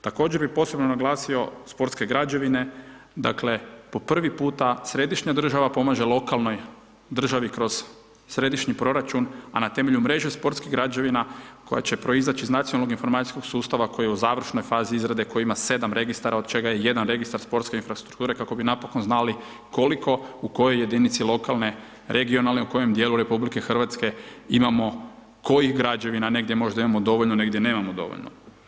Također bi posebno naglasio sportske građevine, dakle, po prvi puta središnja država pomaže lokalnoj državi kroz središnji proračun, a na temelju mreže sportskih građevina, koje će proizaći iz nacionalnog informacijskog sustava, koji je u završnoj fazi izrade, koji ima 7 registara, od čega je 1 registar sportske infrastrukture, kako bi napokon znali, koliko, u kojoj jedinici lokalne, regionalne, u kojem dijelu RH imamo kojih građevina, negdje možda imamo dovoljno, negdje nemamo dovoljno.